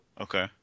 Okay